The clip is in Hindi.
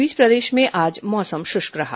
इस बीच प्रदेश में आज मौसम शुष्क रहा